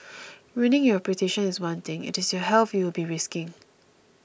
ruining your reputation is one thing it is your health you will be risking